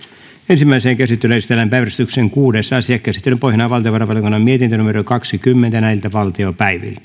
ensimmäiseen käsittelyyn esitellään päiväjärjestyksen kuudes asia käsittelyn pohjana on valtiovarainvaliokunnan mietintö kaksikymmentä